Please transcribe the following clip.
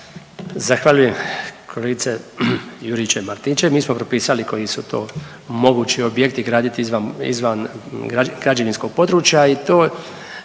Zahvaljujem kolegice Juričev-Martinčev. Mi smo propisali koji su to mogući objekti graditi izvan građevinskog područja i to